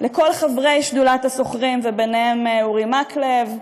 לכל חברי שדולת השוכרים, ובהם אורי מקלב,